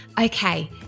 Okay